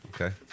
okay